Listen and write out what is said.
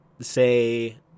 say